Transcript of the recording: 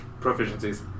proficiencies